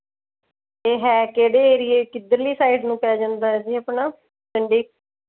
ਇਹ ਹੈ ਕਿਹੜਾ ਏਰੀਆ ਕਿੱਧਰ ਲੀ ਸਾਈਡ ਨੂੰ ਪੈ ਜਾਂਦਾ ਹੈ ਜੀ ਆਪਣਾ